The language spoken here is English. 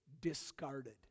discarded